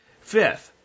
Fifth